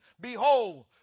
behold